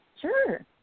Sure